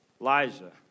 Elijah